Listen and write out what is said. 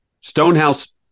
Stonehouse